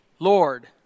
Lord